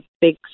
big